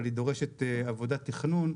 אבל היא דורשת עבודת תכנון,